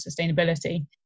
sustainability